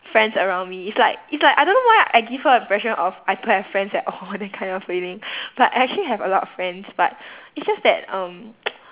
friends around me it's like it's like I don't know why I give her an impression of I don't have friends at all that kind of feeling but actually I have a lot of friends but it's just that um